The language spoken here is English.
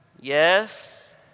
Yes